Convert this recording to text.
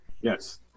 Yes